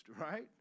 right